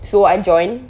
so I join